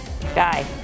Guy